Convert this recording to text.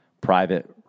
Private